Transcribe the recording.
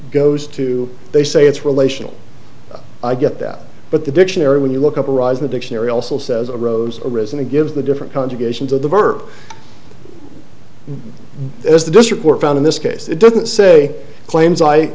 goes to they say it's relational i get that but the dictionary when you look up arise the dictionary also says a rose arisen to give the different conjugation to the verb as this report found in this case it doesn't say claims i